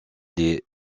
les